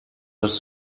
das